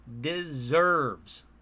deserves